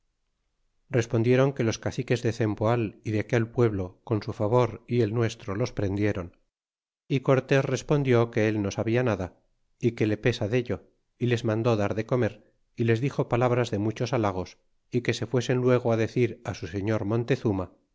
respondieron que los caciques de cempoal y de aquel pueblo con su favor y el nuestro los prendieron y cortes respondió que él no sabia nada y que le pesa dello y les mandó dar de comer y les dixo palabras de muchos halagos y que se fuesen luego á decir á su señor montezuma